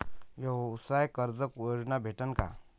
व्यवसाय कर्ज योजना भेटेन का?